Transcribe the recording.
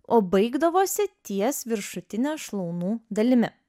o baigdavosi ties viršutine šlaunų dalimi